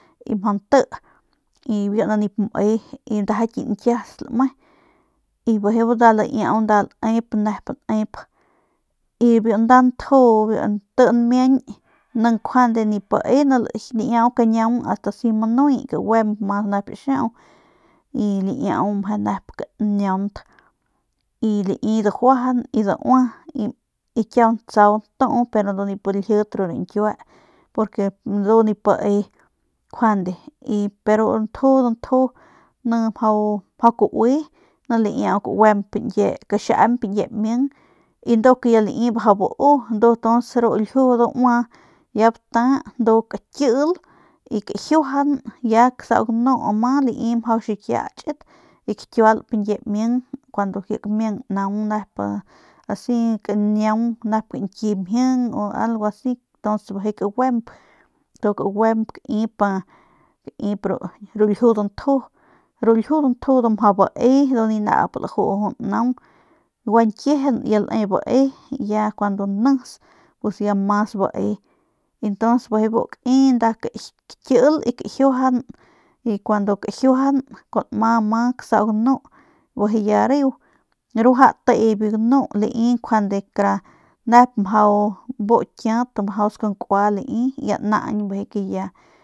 Y mjau nti y biu ni nip me ndaja ki ñkias lame y bijiy bu nda laiau nep nep nep y biu nda nju biu nti nmiañ ni njuande nip me laiau kañiaungast asi manuy kaguemp mas nep xiau y laiau meje nep kañiaunt y lai dajuajan y daua y kiau natsau natu pero ndu nip laljit ru rañkiue porque ndu nip bae njuande y pero biu nju dantju ni mjau kaue ni laiau kague kaxiañp nkie ming y nduk lai ya mjau bau ndu tuns ru ljiu daua ya bata ndu kakil y kajiuajan y ya kasau ganu ama lai mjau xikiatchat y kakiuap ñkie ming kuandu ji kamiang naung nep asi kañiaung nep kañki mjing o algo asintuns bijiy kaguemp kaguemp kaip kaip ru ljiu danju ru ljiu dantju ndu mjau bae ndu ni nau plju naung gua ñkiejen ya le mjau bae y ya cuando nis pues ya mas bae y ntuns bijiy bu kai kakil y kajiuajan y kuandu kajiuajan kua nma kasau ganu bijiy ya reu ruaja te biu ganu lai njuande kara nep bu kiat mjau skankua lai y ya naañ bijiy ke ya.